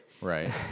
Right